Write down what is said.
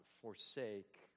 forsake